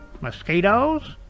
Mosquitoes